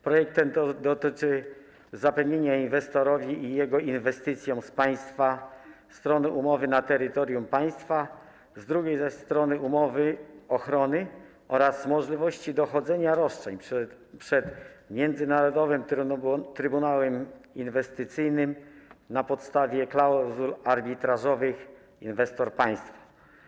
Projekt ten dotyczy zapewnienia inwestorowi i jego inwestycjom z państwa strony umowy na terytorium państwa drugiej strony umowy ochrony oraz możliwości dochodzenia roszczeń przed międzynarodowym trybunałem inwestycyjnym na podstawie klauzul arbitrażowych inwestor - państwo.